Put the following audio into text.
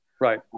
Right